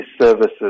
services